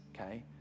okay